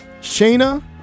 Shana